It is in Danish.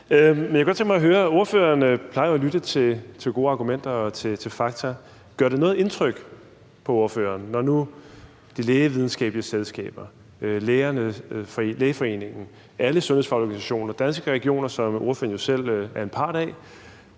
Men jeg kunne godt tænke mig at høre ordføreren, som jo plejer at lytte til gode argumenter og til fakta, om det gør noget indtryk på ham, når nu Lægevidenskabelige Selskaber, Lægeforeningen, alle sundhedsfaglige organisationer og Danske Regioner, som ordføreren jo selv er en del af,